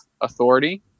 authority